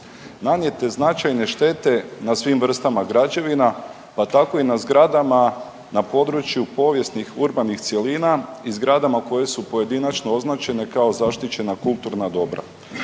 nanijete značajne štete na svim vrstama građevina, pa tako i na zgradama na području povijesnih urbanih cjelina i zgradama koje su pojedinačno označene kao zaštićena kulturna dobra.